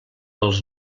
els